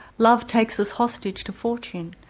love takes us hostage to fortune.